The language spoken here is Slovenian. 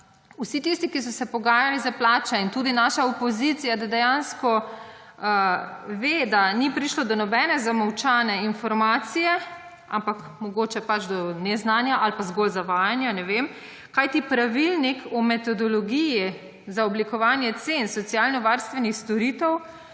vsi tisti, ki so se pogajali za plače in tudi naša opozicija, da dejansko ve, da ni prišlo do nobene zamolčane informacije, ampak mogoče pač do neznanja ali pa zgolj zavajanja, ne vem, kajti pravilnik o metodologiji za oblikovanje cen socialnovarstvenih storitev